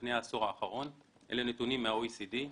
פני העשור האחרון - אלה נתונים מה-OECD.